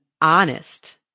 honest